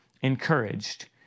encouraged